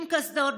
עם קסדות,